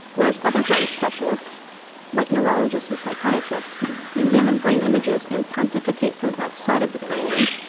whereas other brain specialists like neurologists and psychiatrists examine brain images and pontificate from outside of the cranium,